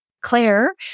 Claire